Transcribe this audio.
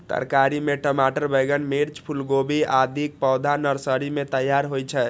तरकारी मे टमाटर, बैंगन, मिर्च, फूलगोभी, आदिक पौधा नर्सरी मे तैयार होइ छै